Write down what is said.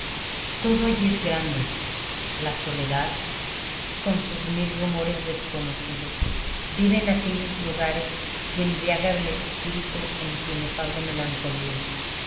todo es allí grande la soledad con sus mil rumores desconocidos vive en aquellos lugares y embriaga el espíritu en su inefable melancolía